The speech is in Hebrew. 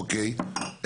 אוקיי.